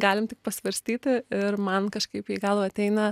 galim tik pasvarstyti ir man kažkaip į galvą ateina